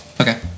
Okay